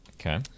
Okay